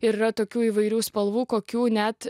ir yra tokių įvairių spalvų kokių net